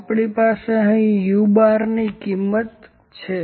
તો આપણી પાસે અહીં u¯ની કિંમત છે